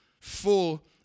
full